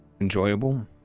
enjoyable